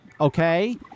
Okay